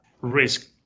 risk